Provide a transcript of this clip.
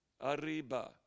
Arriba